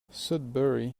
sudbury